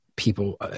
people